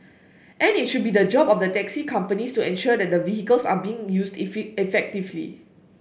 and it should be the job of the taxi companies to ensure that the vehicles are being used effectively